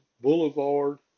Boulevard